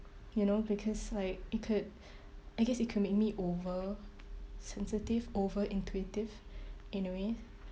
you know because like it could I guess it could make me over sensitive over intuitive in a way